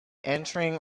entering